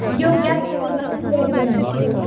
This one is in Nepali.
यो ग्यासको चाहिँ अलिक प्रोब्लम भएको छ हौ